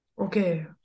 Okay